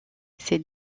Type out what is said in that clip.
ces